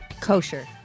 Kosher